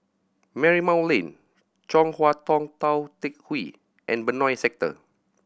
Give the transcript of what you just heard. Marymount Lane Chong Hua Tong Tou Teck Hwee and Benoi Sector